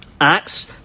Acts